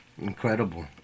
incredible